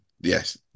Yes